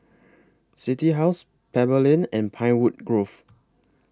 City House Pebble Lane and Pinewood Grove